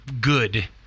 good